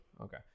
Okay